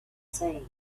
saying